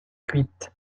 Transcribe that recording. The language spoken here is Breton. kuit